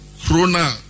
krona